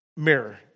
mirror